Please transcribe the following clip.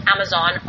Amazon